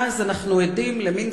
ומשהם מופרטים,